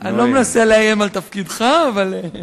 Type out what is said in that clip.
אני לא מנסה לאיים על תפקידך, אבל,